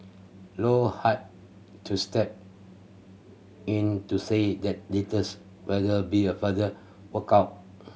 low had to step in to say that details whether be a further worked out